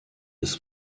des